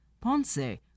Ponce